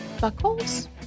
Buckles